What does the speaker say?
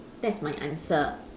that's my answer